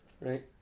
right